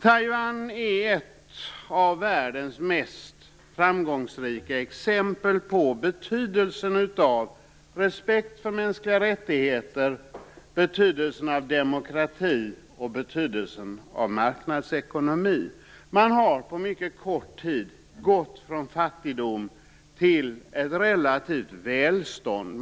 Taiwan är ett av världens mest framgångsrika exempel på betydelsen av respekt för mänskliga rättigheter, demokrati och marknadsekonomi. Man har på mycket kort tid gått från fattigdom till ett relativt välstånd.